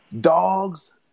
Dogs